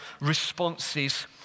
responses